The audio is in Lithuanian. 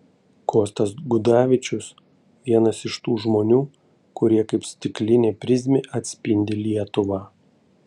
kostas gudavičius vienas iš tų žmonių kurie kaip stiklinė prizmė atspindi lietuvą